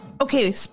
okay